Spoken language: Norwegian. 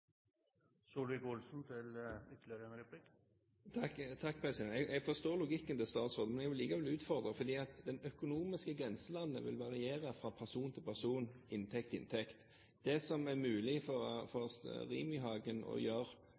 logikken til statsråden, men jeg vil likevel utfordre ham, fordi det økonomiske grenselandet vil variere fra person til person, fra inntekt til inntekt. Det som er mulig for Rimi-Hagen å gjøre